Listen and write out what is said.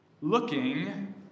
looking